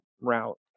route